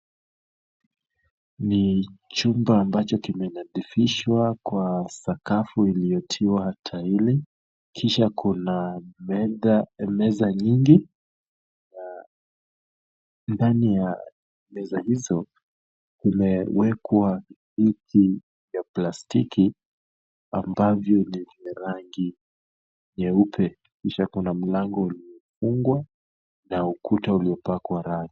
Ni chumba ambacho kimenadhifishwa kwa sakafu iliyotiwa taili, kisha kuna meza, meza nyingi na ndani ya meza hizo kumewekwa viti vya plastiki ambavyo lina rangi nyeupe kisha kuna mlango uliofungwa na ukuta uliopakwa rangi.